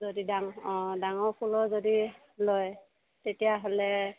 যদি ডাঙৰ অ ডাঙৰ ফুলৰ যদি লয় তেতিয়াহ'লে